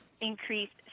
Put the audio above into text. increased